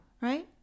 Right